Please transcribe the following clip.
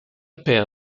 pair